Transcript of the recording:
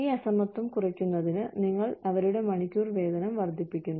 ഈ അസമത്വം കുറയ്ക്കുന്നതിന് നിങ്ങൾ അവരുടെ മണിക്കൂർ വേതനം വർദ്ധിപ്പിക്കുന്നു